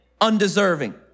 undeserving